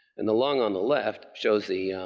and the lung on the left shows the